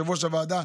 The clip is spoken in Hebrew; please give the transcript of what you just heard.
יושב-ראש הוועדה,